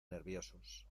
nerviosos